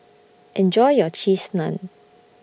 Enjoy your Cheese Naan